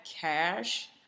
cash